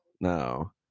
no